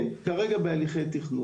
כן, כרגע בהליכי תכנון.